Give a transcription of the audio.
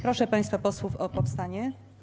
Proszę państwa posłów o powstanie.